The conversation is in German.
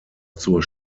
zur